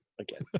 Again